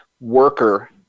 worker